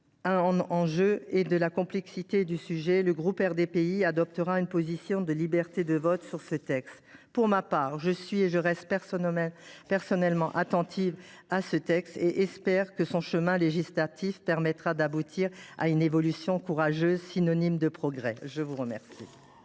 des enjeux et de la complexité du sujet, le groupe RDPI adoptera une position de liberté de vote. Pour ma part, je suis et reste personnellement attachée à ce texte et j’espère que son chemin législatif permettra d’aboutir à une évolution courageuse, synonyme de progrès. La discussion